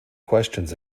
questions